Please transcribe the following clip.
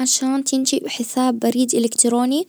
عشان تنشأ حساب بريد الكتروني